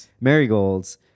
marigolds